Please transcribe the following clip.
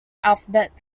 alphabet